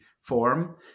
form